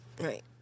Right